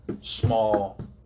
small